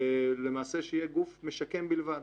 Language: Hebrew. ושיהיה גוף משקם בלבד.